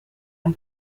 ein